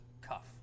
cuff